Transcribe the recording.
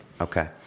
Okay